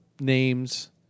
names